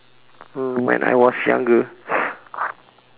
mm when I was younger